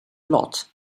lot